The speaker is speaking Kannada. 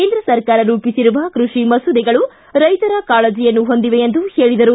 ಕೇಂದ್ರ ಸರಕಾರ ರೂಪಿಸಿರುವ ಕೃಷಿ ಮಸೂದೆಗಳು ರೈತ ಕಾಳಜಿಯನ್ನು ಹೊಂದಿವೆ ಎಂದು ಹೇಳಿದರು